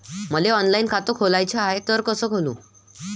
मले ऑनलाईन खातं खोलाचं हाय तर कस खोलू?